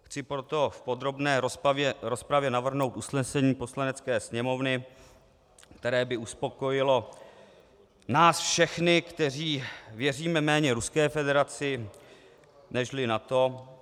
Chci proto v podrobné rozpravě navrhnout usnesení Poslanecké sněmovny, které by uspokojilo nás všechny, kteří věříme méně Ruské federaci nežli NATO.